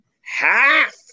half